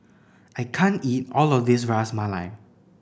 I can't eat all of this Ras Malai